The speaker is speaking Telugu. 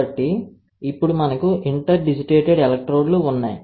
కాబట్టి ఇప్పుడు మనకు ఇంటర్డిజిటేటెడ్ ఎలక్ట్రోడ్లు ఉన్నాయి